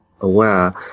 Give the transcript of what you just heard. aware